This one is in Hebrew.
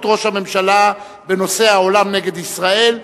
ראש הממשלה בנושא: העולם נגד ישראל,